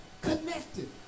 connected